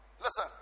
Listen